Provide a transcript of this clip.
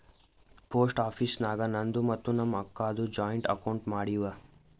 post office ನಾಗ್ ನಂದು ಮತ್ತ ನಮ್ ಅಕ್ಕಾದು ಜಾಯಿಂಟ್ ಅಕೌಂಟ್ ಮಾಡಿವ್